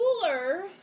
cooler